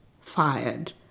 fired